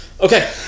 Okay